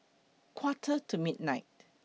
Quarter to midnight